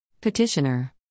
Petitioner